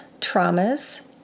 traumas